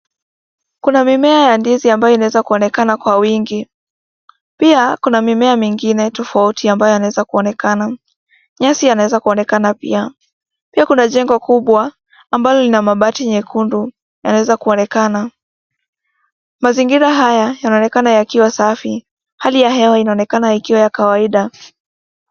Kuna mimea ya ndizi ambayo inaweza kunaonekana kwa wingi. Pia kuna mimea mingine tofauti ambayo inaweza kuonekana pia. Pia kuna jengo kubwa ambalo lina mabati mekundu wanaweza kunaonekana. Mazingira haya yanaonekana yakiwa safi. Hali ya hewa inaonekana ikiwa ya kawaida.